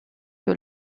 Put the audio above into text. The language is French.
que